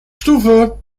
stufe